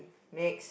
next